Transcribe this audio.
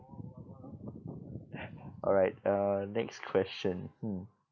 alright uh next question hmm